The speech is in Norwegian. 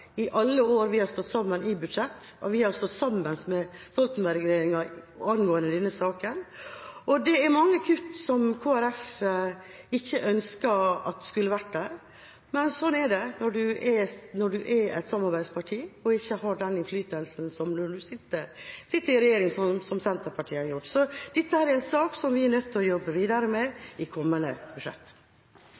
angående denne saken. Det er mange kutt Kristelig Folkeparti ikke ønsker at skulle vært der. Men sånn er det når man er et samarbeidsparti og ikke har den innflytelsen man har når man sitter i regjering, sånn som Senterpartiet har gjort. Dette er en sak vi er nødt til å jobbe videre med i kommende budsjett.